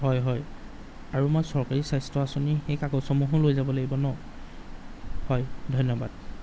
হয় হয় আৰু মই চৰকাৰী স্বাস্থ্য আঁচনিৰ সেই কাগজসমূহো লৈ যাব লাগিব ন হয় ধন্যবাদ